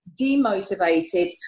demotivated